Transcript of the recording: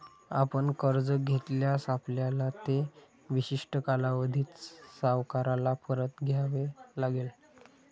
आपण कर्ज घेतल्यास, आपल्याला ते विशिष्ट कालावधीत सावकाराला परत द्यावे लागेल